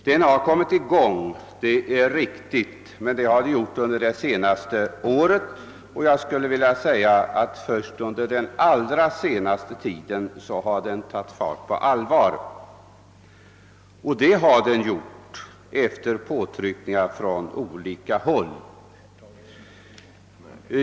Det är riktigt att planeringen kommit i gång men det har skett under det senaste året, och först under den allra senaste tiden har den tagit fart på allvar — och detta efter påtryckningar från olika håll.